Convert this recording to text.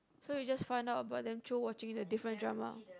so you just find out about them through watching the different drama